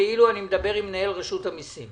כאילו אני מדבר עם מנהל רשות המסים.